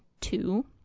two